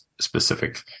specific